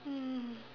mm